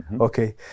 Okay